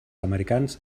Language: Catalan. americans